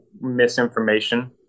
misinformation